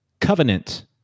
Covenant